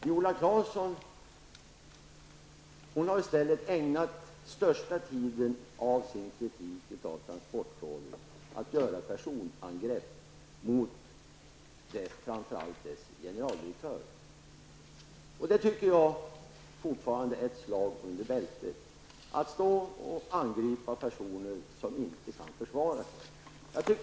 Viola Claesson har i stället ägnat största tiden av sin kritik av transportrådet åt personangrepp mot framför allt dess generaldirektör. Jag tycker fortfarande att det är ett slag under bältet att stå här och angripa personer som inte kan försvara sig.